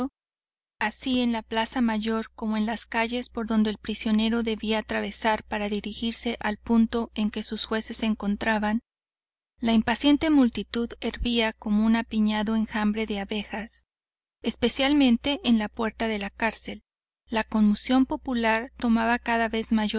así en la plaza mayor como en las calles por donde el prisionero debía atravesar para dirigirse al punto en que sus jueces se encontraban la impaciente multitud hervía como un apiñado enjambre de abejas especialmente en la puerta de la cárcel la conmoción popular tomaba de cada vez